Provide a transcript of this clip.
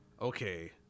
Okay